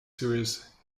serious